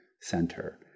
center